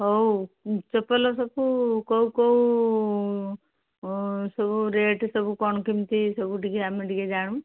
ହଉ ଚପଲ ସବୁ କୋଉ କୋଉ ସବୁ ରେଟ୍ ସବୁ କ'ଣ କେମିତି ସବୁ ଟିକେ ଆମେ ଟିକେ ଜାଣୁ